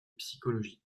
psychologie